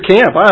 Camp